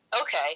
Okay